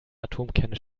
atomkerne